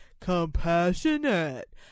compassionate